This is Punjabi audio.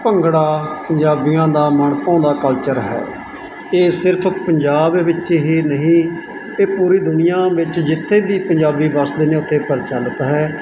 ਭੰਗੜਾ ਪੰਜਾਬੀਆਂ ਦਾ ਮਨਭਾਉਂਦਾ ਕਲਚਰ ਹੈ ਇਹ ਸਿਰਫ ਪੰਜਾਬ ਵਿੱਚ ਹੀ ਨਹੀਂ ਇਹ ਪੂਰੀ ਦੁਨੀਆਂ ਵਿੱਚ ਜਿੱਥੇ ਵੀ ਪੰਜਾਬੀ ਵਸਦੇ ਨੇ ਉੱਥੇ ਪ੍ਰਚੱਲਿਤ ਹੈ